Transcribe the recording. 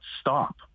stop